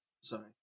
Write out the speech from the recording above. sorry